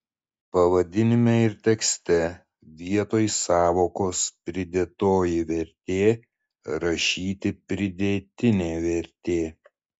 pavadinime ir tekste vietoj sąvokos pridėtoji vertė rašyti pridėtinė vertė